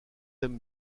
aime